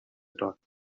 dots